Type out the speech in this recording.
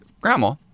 Grandma